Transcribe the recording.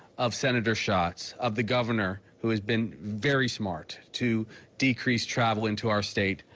of senator shots, of the governor who has been very smart to decrease travel into our state,